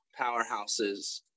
powerhouses